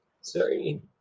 sorry